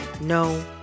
no